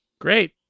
Great